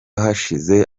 hashize